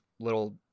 Little